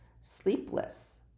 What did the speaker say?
Sleepless